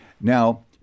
Now